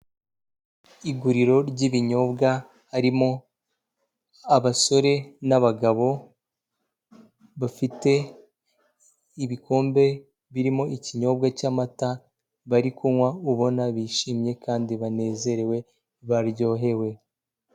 Iguriro ry'ibinyobwa harimo abasore n'abagabo, bafite ibikombe birimo ikinyobwa cy'amata, bari kunywa ubona bishimye kandi banezerewe baryohewe.